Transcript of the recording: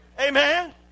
Amen